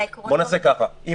למה אין היגיון רפואי?